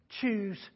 choose